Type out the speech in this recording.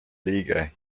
liige